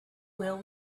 will